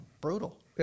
Brutal